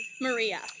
Maria